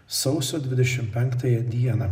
sausio dvidešimt penktąją dieną